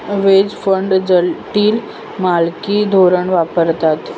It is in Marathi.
व्हेज फंड जटिल मालकी धोरण वापरतात